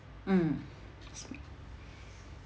mm